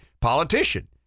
politician